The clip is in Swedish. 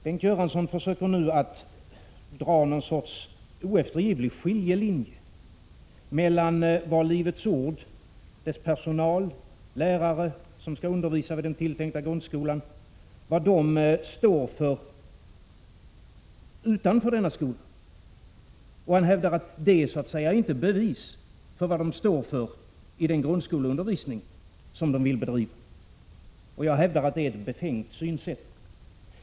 Bengt Göransson försöker dra en sorts oeftergivlig skiljelinje mellan vad Livets ords personal och lärare skall undervisa vid den tilltänkta grundskolan och det som de står för utanför denna skola. Han hävdar att detta så att säga inte är bevis för vad de står för i den grundskoleundervisning som de vill bedriva. Jag hävdar att detta är ett befängt synsätt.